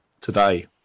today